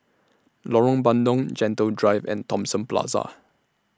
Lorong Bandang Gentle Drive and Thomson Plaza